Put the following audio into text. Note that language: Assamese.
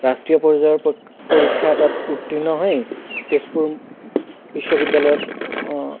ৰাষ্ট্ৰীয় পৰ্যায়ৰ পপৰীক্ষা এটাত উত্তীৰ্ণ হৈ তেজপুৰ বিশ্ববিদ্যালয়ত